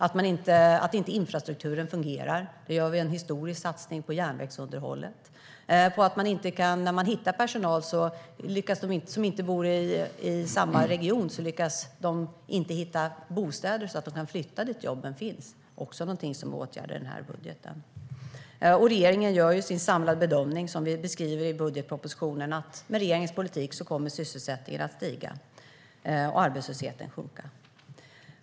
Det handlar om att infrastrukturen inte fungerar. Vi gör en historisk satsning på järnvägsunderhållet. När man hittar personer som inte bor i samma region lyckas de inte hitta bostäder så att de kan flytta dit jobben finns. Det är också någonting som vi åtgärdar i den här budgeten. Regeringen gör den samlade bedömningen, som vi beskriver i budgetpropositionen, att med regeringens politik kommer sysselsättningen att stiga och arbetslösheten sjunka.